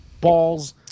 balls